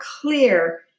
clear